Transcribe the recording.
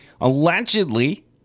Allegedly